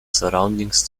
surroundings